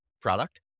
product